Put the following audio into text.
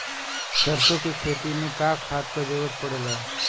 सरसो के खेती में का खाद क जरूरत पड़ेला?